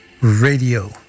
Radio